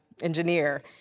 engineer